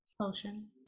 potion